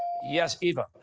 yes, eva?